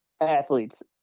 athletes